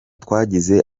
twagize